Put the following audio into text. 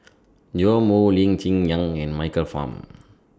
Joash Moo Lee Cheng Yan and Michael Fam